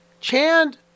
Chand